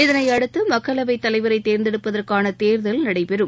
இதனையடுத்துமக்களவைதலைவரைதேர்ந்தெடுப்பதற்கானதேர்தல் நடைபெறும்